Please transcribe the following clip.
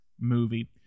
movie